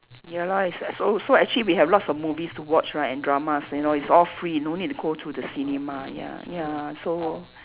ya lor I see I so so actually we have lots of movies to watch right and dramas you know it's all free no need to go to the cinema ya ya so